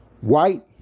White